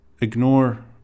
ignore